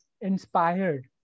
inspired